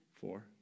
Four